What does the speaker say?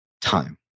time